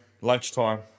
lunchtime